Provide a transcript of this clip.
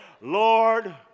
Lord